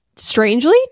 strangely